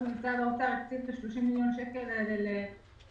ומשרד האוצר הקציב את ה-30 מיליון שקל האלה